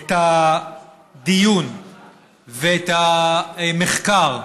את הדיון ואת המחקר,